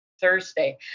Thursday